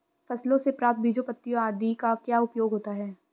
फसलों से प्राप्त बीजों पत्तियों आदि का क्या उपयोग होता है?